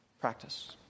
practice